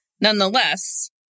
Nonetheless